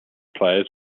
players